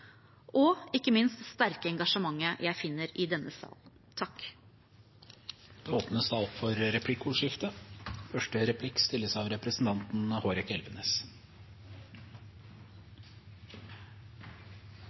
og ikke minst på det sterke engasjementet jeg finner i denne sal. Det blir replikkordskifte. En viktig driver i det